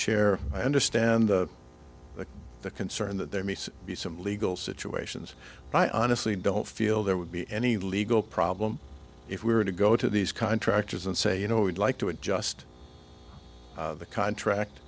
chair i understand the concern that there may be some legal situations i honestly don't feel there would be any legal problem if we were to go to these contractors and say you know we'd like to adjust the contract